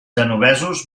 genovesos